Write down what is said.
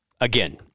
Again